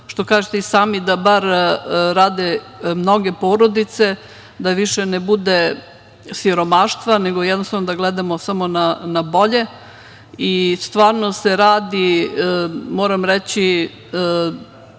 što kažete i sami, da bar rade mnoge porodice, da više ne bude siromaštva, nego jednostavno da gledamo samo na bolje. Stvarno se radi, moram reći,